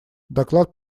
доклад